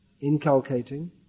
inculcating